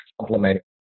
complement